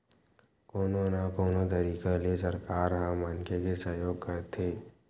कोनो न कोनो तरिका ले सरकार ह मनखे के सहयोग करथे